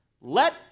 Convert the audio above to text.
let